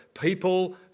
people